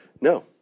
No